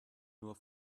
nur